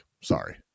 Sorry